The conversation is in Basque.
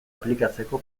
aplikatzeko